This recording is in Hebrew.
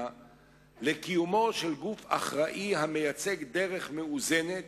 לקיומו של גוף אחראי המייצג דרך מאוזנת,